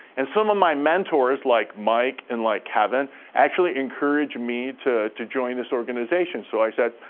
and some of my mentors, like mike and like kevin, actually encouraged me to to join this organization, so i said,